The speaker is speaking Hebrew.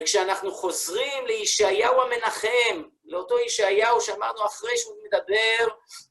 כשאנחנו חוזרים לישעיהו המנחם, לאותו ישעיהו שאמרנו אחרי שהוא מדבר...